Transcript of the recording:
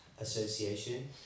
association